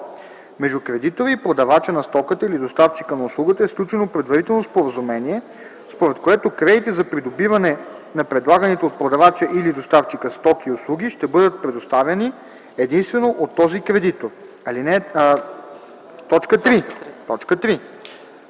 между кредитора и продавача на стоката или доставчика на услугата е сключено предварително споразумение, според което кредити за придобиване на предлаганите от продавача или доставчика стоки и услуги ще бъдат предоставени единствено от този кредитор; 3.